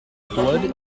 blood